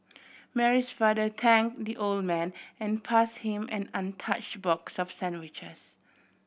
Mary's father thank the old man and pass him an untouched box of sandwiches